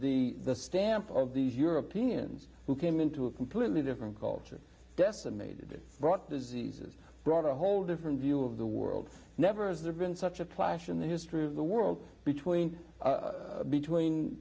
the stamp of these europeans who came into a completely different culture decimated brought diseases brought a whole different view of the world never has there been such a flash in the history of the world between between